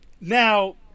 Now